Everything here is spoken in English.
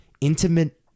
intimate